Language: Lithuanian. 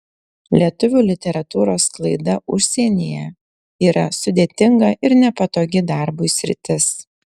lietuvių literatūros sklaida užsienyje yra sudėtinga ir nepatogi darbui sritis